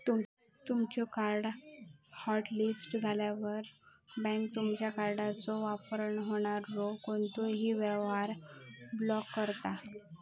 तुमचो card hotlist झाल्यावर, bank तुमचा कार्डच्यो वापरान होणारो कोणतोही व्यवहार ब्लॉक करता